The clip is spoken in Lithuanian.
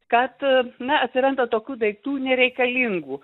kad na atsiranda tokių daiktų nereikalingų